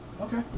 Okay